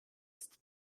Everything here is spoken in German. ist